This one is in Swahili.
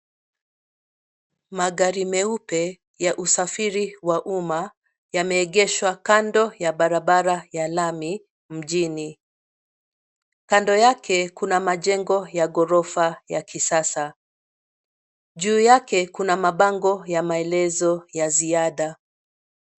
Magari meupe ya usafiri wa umma, yameegeshwa kando ya barabara ya lami mjini. Kando yake kuna majengo ya ghorofa ya kisasa. Juu yake kuna mabango ya maelezo ya ziada.